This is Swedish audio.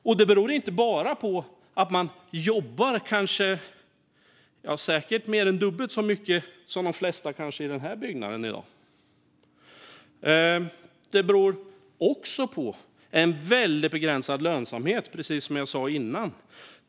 Detta beror inte bara på att man kanske jobbar mer än dubbelt så mycket som de flesta i denna byggnad gör i dag utan även på en väldigt begränsad lönsamhet, som jag sa tidigare.